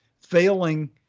failing